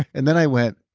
and then i went,